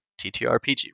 TTRPG